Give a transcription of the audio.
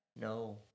No